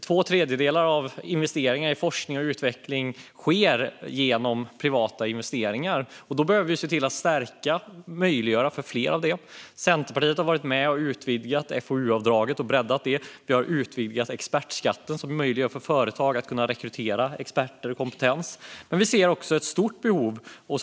Två tredjedelar av investeringarna i forskning och utveckling sker genom det privata, och då behöver vi se till att stärka och möjliggöra för mer av det. Centerpartiet har varit med och utvidgat FoU-avdraget och breddat det. Vi har utvidgat expertskatten som möjliggör för företag att rekrytera experter och kompetens.